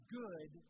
good